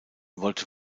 wollte